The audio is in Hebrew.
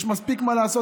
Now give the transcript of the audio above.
יש מספיק מה לעשות,